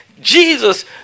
Jesus